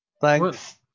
Thanks